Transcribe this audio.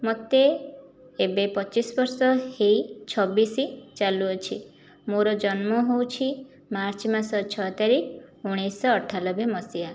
ମୋତେ ଏବେ ପଚିଶ ବର୍ଷ ହୋଇ ଛବିଶ ଚାଲୁଅଛି ମୋର ଜନ୍ମ ହେଉଛି ମାର୍ଚ୍ଚ ମାସ ଛଅ ତାରିଖ ଉଣେଇଶଶହ ଅଠାନବେ ମସିହା